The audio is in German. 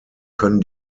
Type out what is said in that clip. können